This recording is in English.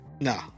No